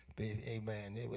amen